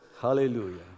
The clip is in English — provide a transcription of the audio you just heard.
Hallelujah